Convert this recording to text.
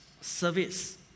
service